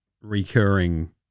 recurring